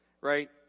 right